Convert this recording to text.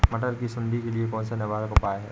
मटर की सुंडी के लिए कौन सा निवारक उपाय है?